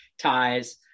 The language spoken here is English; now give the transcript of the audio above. ties